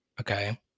Okay